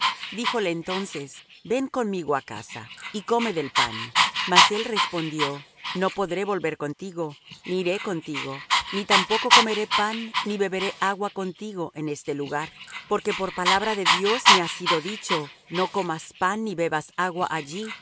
dijo yo soy díjole entonces ven conmigo á casa y come del pan mas él respondió no podré volver contigo ni iré contigo ni tampoco comeré pan ni beberé agua contigo en este lugar porque por palabra de dios me ha sido dicho no comas pan ni bebas agua allí